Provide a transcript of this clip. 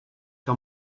que